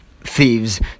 thieves